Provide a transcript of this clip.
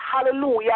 hallelujah